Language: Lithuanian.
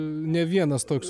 ne vienas toks